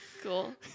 Cool